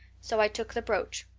so i took the brooch.